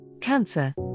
Cancer